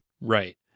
Right